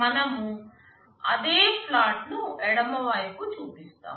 మనం అదే ప్లాట్ను ఎడమవైపు చూపిస్తాము